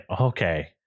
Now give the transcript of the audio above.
Okay